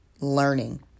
learning